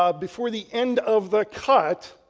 ah before the end of the cut,